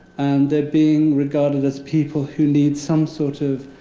and they're being regarded as people who need some sort of